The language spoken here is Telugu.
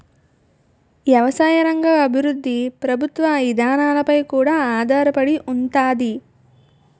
ఎవసాయ రంగ అభివృద్ధి ప్రభుత్వ ఇదానాలపై కూడా ఆధారపడి ఉంతాది